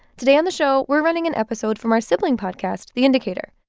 today on the show, we're running an episode from our sibling podcast, the indicator.